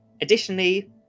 Additionally